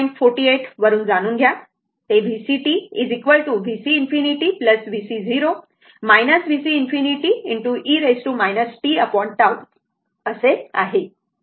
48 वरून जाणून घ्या ते Vc vc ∞ vc vc ∞ e t τ